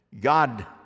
God